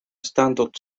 standard